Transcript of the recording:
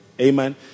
Amen